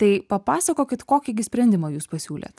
tai papasakokit kokį gi sprendimą jūs pasiūlėt